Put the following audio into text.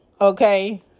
okay